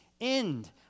end